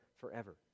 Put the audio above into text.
forever